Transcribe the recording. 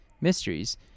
mysteries